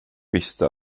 visste